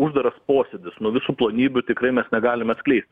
uždaras posėdis nu visų plonybių tikrai mes negalim atskleisti